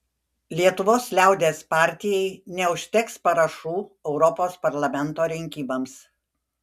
lietuvos liaudies partijai neužteks parašų europos parlamento rinkimams